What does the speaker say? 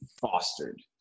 fostered